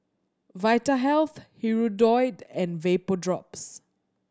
Vitahealth Hirudoid and Vapodrops